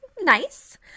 nice